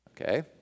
okay